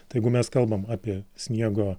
tai jeigu mes kalbam apie sniego